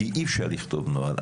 כי אי-אפשר לכתוב נוהל.